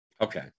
Okay